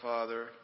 Father